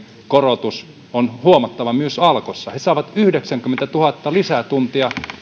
korotus on huomattava myös alkossa he saavat yhdeksänkymmentätuhatta lisätuntia